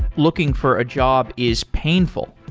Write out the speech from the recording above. looking for a job is painful,